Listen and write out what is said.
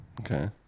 Okay